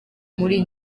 muri